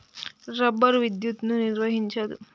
rubber విద్యుత్తును నిర్వహించదు